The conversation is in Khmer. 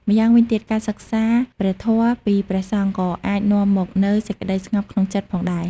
ម្យ៉ាងវិញទៀត ការសិក្សាព្រះធម៌ពីព្រះសង្ឃ ក៏អាចនាំមកនូវសេចក្ដីស្ងប់ក្នុងចិត្តផងដែរ។